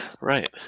Right